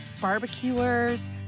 barbecuers